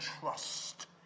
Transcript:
trust